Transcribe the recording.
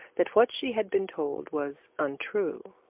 that what she had been told was untrue.